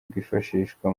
bwifashishwa